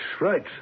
right